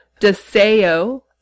Deseo